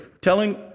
telling